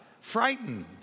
Frightened